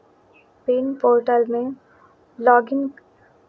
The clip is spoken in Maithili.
पीन पोर्टलमे लॉग इन